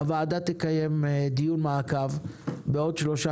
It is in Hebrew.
הוועדה תקיים דיון מעקב בעוד שלושה